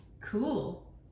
cool